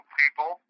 people